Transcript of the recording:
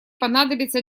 понадобится